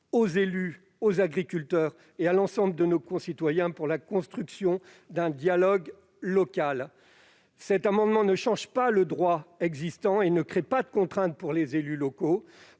aux élus, aux agriculteurs et à l'ensemble de nos concitoyens dans le sens de la construction d'un dialogue local. L'adoption de cet amendement ne changerait pas le droit existant et ne créerait pas de contrainte pour les élus locaux.